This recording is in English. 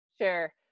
Sure